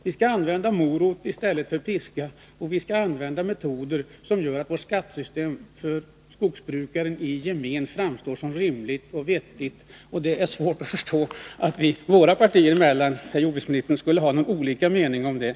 Vi skall använda morot i stället för piska, och vi skall använda metoder som gör att vårt skattesystem för skogsbrukaren i gemen framstår som rimligt och riktigt. Det är svårt att förstå att vi i våra partier emellan skulle ha olika meningar om detta.